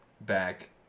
back